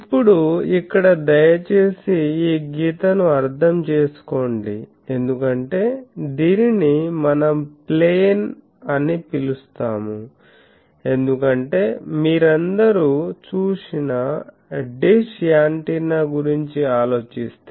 ఇప్పుడు ఇక్కడ దయచేసి ఈ గీతను అర్థం చేసుకోండి ఎందుకంటే దీనిని మనం ప్లేన్ అని పిలుస్తాము ఎందుకంటే మీరందరూ చూసిన డిష్ యాంటెన్నా గురించి ఆలోచిస్తే